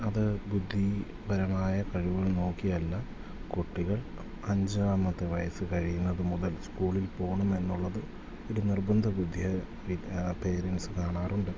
അത് ബുദ്ധിപരമായ കഴിവുകൾ നോക്കിയല്ല കുട്ടികൾ അഞ്ചാമത്തെ വയസ്സ് കഴിയുന്നത് മുതൽ സ്കൂളിൽ പോകണം എന്നുള്ളത് ഒരു നിർബന്ധ ബുദ്ധിയായി ഇത് പേരെൻറ്റ്സ് കാണാറുണ്ട്